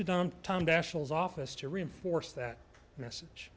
as office to reinforce that message